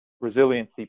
resiliency